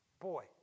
Boy